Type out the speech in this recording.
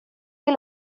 que